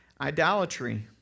Idolatry